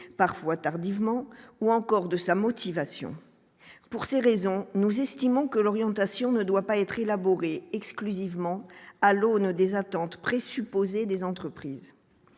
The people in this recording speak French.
parfois tardivement ou encore de sa motivation pour ces raisons, nous estimons que l'orientation ne doit pas être élaborée exclusivement à l'aune des attentes présupposé des entreprises